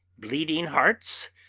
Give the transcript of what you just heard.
bleeding hearts,